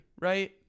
right